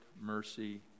mercy